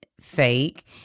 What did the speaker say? fake